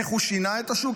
איך הוא שינה את השוק?